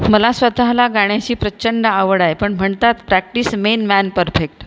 मला स्वतःला गाण्याची प्रचंड आवड आहे पण म्हणतात प्रॅक्टिस मेन मॅन परफेक्ट